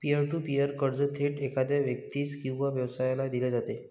pier to peer कर्ज थेट एखाद्या व्यक्तीस किंवा व्यवसायाला दिले जाते